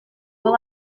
fel